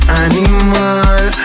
animal